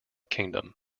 kingdom